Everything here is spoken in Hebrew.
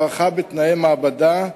הערכה בתנאי מעבדה,